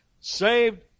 Saved